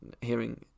hearing